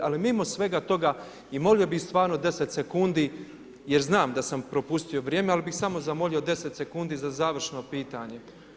Ali, mimo svega toga i molio bi stvarno 10 sek. jer znam da sam propustio vrijeme, ali bih samo zamolio 10 sek. za završno pitanje.